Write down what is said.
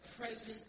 present